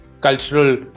cultural